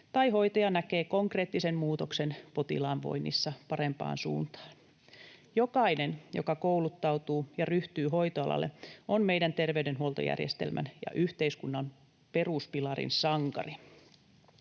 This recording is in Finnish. tai hoitaja näkee konkreettisen muutoksen potilaan voinnissa parempaan suuntaan. Jokainen, joka kouluttautuu ja ryhtyy hoitoalalle, on meidän terveydenhuoltojärjestelmän ja yhteiskunnan peruspilarin sankari.